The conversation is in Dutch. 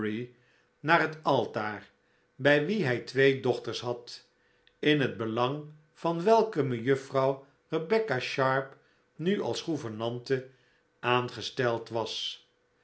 naar het altaar bij wie hij twee dochters had in het belang van welke mejuffrouw rebecca sharp nu als gouvernante aangesteld was